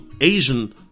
Asian